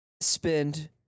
spend